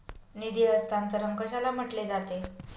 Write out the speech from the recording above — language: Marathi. निधी हस्तांतरण कशाला म्हटले जाते?